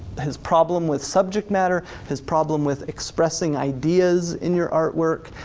his problem with subject matter, his problem with expressing ideas in your artwork,